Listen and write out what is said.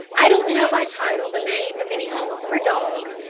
i don't know by title the name of any home for dogs,